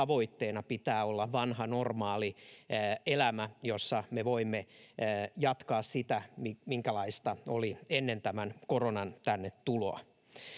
tavoitteenamme pitää olla vanha normaali elämä, jossa me voimme jatkaa sitä, minkälaista oli ennen tämän koronan tänne tuloa.